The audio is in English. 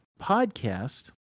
podcast